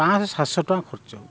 ପାଞ୍ଚ ଶହ ସାତଶହ ଟଙ୍କା ଖର୍ଚ୍ଚ ହେଉଛି